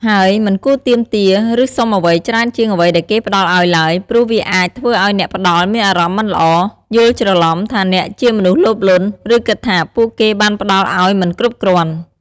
ហើយ មិនគួរទាមទារ ឬសុំអ្វីច្រើនជាងអ្វីដែលគេផ្តល់ឲ្យឡើយ ព្រោះវាអាចធ្វើឲ្យអ្នកផ្តល់មានអារម្មណ៍មិនល្អ យល់ច្រឡំថាអ្នកជាមនុស្សលោភលន់ ឬគិតថាពួកគេបានផ្តល់ឲ្យមិនគ្រប់គ្រាន់។